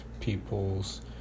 people's